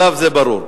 עכשיו זה ברור.